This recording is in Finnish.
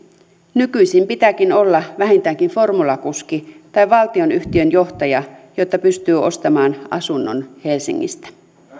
nykyisin pitääkin olla vähintäänkin formulakuski tai valtionyhtiön johtaja jotta pystyy ostamaan asunnon helsingistä